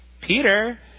Peter